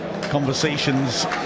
conversations